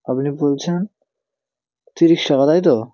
আপনি বলছেন তিরিশ টাকা তাই তো